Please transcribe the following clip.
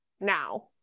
now